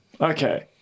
Okay